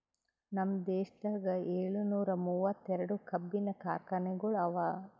ನಮ್ ದೇಶದಾಗ್ ಏಳನೂರ ಮೂವತ್ತೆರಡು ಕಬ್ಬಿನ ಕಾರ್ಖಾನೆಗೊಳ್ ಅವಾ